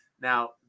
Now